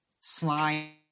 slime